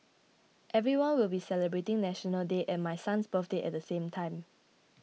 everyone will be celebrating National Day and my son's birthday at the same time